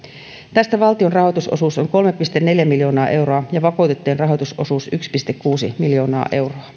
tästä valtion rahoitusosuus on kolme pilkku neljä miljoonaa euroa ja vakuutettujen rahoitusosuus yksi pilkku kuusi miljoonaa